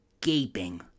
gaping